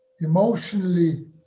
emotionally